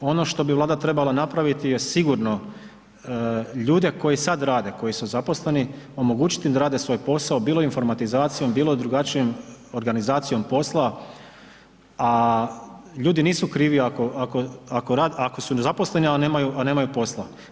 Ono što bi Vlada trebala napraviti je sigurno ljude koji sad rade, koji su zaposleni omogućit im da rade svoj posao, bilo informatizacijom, bilo drugačijom organizacijom posla, a ljudi nisu krivi ako su nezaposleni, a nemaju posla.